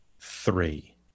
three